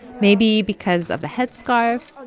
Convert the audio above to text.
maybe because of the headscarf.